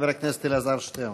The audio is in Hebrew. חבר הכנסת אלעזר שטרן.